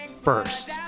first